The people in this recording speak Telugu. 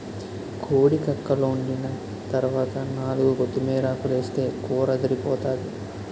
కోడి కక్కలోండిన తరవాత నాలుగు కొత్తిమీరాకులేస్తే కూరదిరిపోతాది